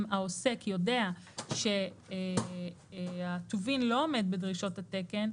העוסק יודע שהטובין לא עומד בדרישות התקן,